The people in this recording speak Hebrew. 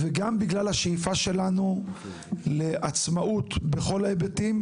וגם בגלל השאיפה שלנו לעצמאות בכל ההיבטים,